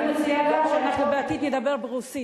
אני מציעה גם שאנחנו בעתיד נדבר ברוסית.